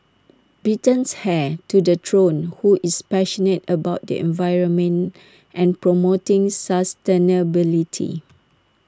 Britain's heir to the throne who is passionate about the environment and promoting sustainability